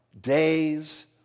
days